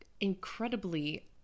incredibly